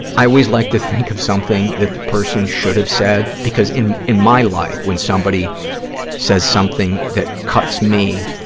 i always like to think of something that the person should have said, because in in my life, when somebody says something that cuts me,